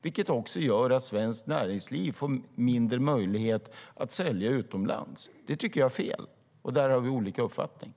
Det gör att svenskt näringsliv får mindre möjlighet att sälja utomlands. Det tycker jag är fel. Där har vi olika uppfattning.